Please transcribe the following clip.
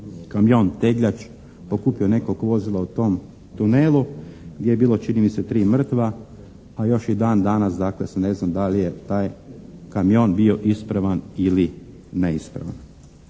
kamion tegljač pokupio nekoliko vozila u tom tunelu gdje je bilo čini mi se tri mrtva a još i dan danas dakle se ne zna da li je taj kamion bio ispravan ili neispravan.